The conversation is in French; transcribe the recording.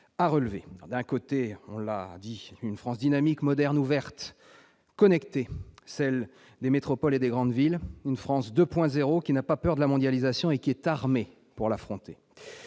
à relever : d'un côté, on l'a dit, une France dynamique, moderne, ouverte, connectée, celle des métropoles et des grandes villes, une France 2.0 qui n'a pas peur de la mondialisation et qui est armée pour l'affronter